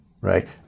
right